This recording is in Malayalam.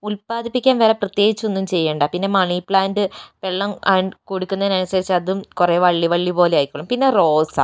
ഉത്പാതിപ്പിക്കാൻ വേറെ പ്രത്യേകിച്ച് ഒന്നും ചെയ്യേണ്ട പിന്നെ മണിപ്ലാൻ്റ് വെള്ളം കൊടുക്കന്നതിനനുസരിച്ച് അതും കുറേ വള്ളി വള്ളിപോലെ ആയിക്കോളും പിന്നെ റോസ